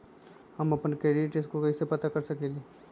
हम अपन credit score कैसे पता कर सकेली?